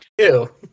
Ew